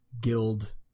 guild